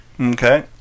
Okay